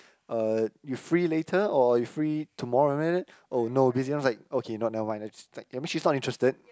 uh you free later or you free tomorrow someting like that oh no busy then I was like okay not never mind like just that means she's not interested